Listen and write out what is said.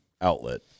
outlet